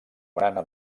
barana